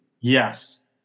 Yes